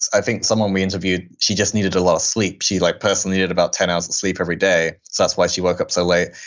i think, someone we interviewed, she just needed a lot of sleep. she like personally needed about ten hours of sleep every day. so that's why she woke up so late.